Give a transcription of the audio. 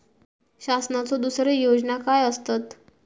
शासनाचो दुसरे योजना काय आसतत?